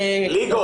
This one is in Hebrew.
ש --- ליגות,